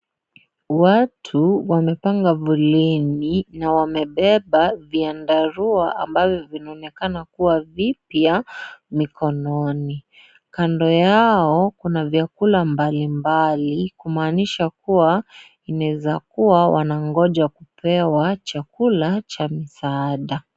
Watu wamepanga foleni na wamebeba vyandarua ambavyo vinaonekana kuwa vipya mikononi. kando yao kuna vyakula mbalimbali kumaanisha kuwa inaeza kuwa wanangoja kupewa chakula cha msaada.